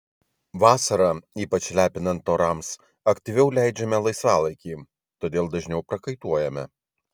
vasarą ypač lepinant orams aktyviau leidžiame laisvalaikį todėl dažniau prakaituojame